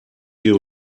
you